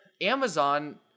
Amazon